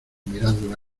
mirándola